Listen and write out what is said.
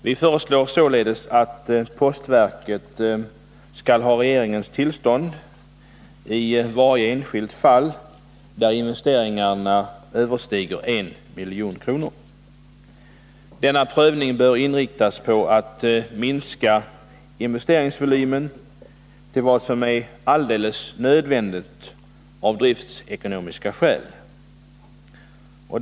Vi föreslår således att postverket skall ha regeringens tillstånd i varje enskilt fall där investeringarna överstiger 1 milj.kr. Denna prövning bör inriktas på att minska investeringsvolymen till vad som är alldeles nödvändigt av driftekonomiska skäl.